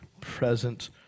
present